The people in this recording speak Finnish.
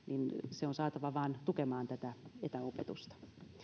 on vaan saatava tukemaan tätä etäopetusta